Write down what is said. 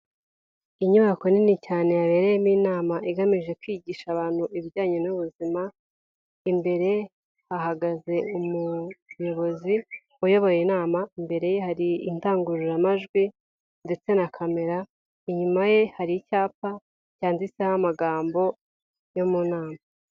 Inyubako nini cyane yabereyemo inama igamije kwigisha abantu ibijyanye n'ubuzima, imbere hahagaze umuyobozi uyoboye inama, imbere ye hari indangururamajwi ndetse na kamera, inyuma ye hari icyapa cyanditseho amagambo yo mu nama.